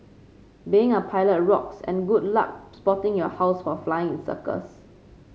being a pilot rocks and good luck spotting your house while flying in circles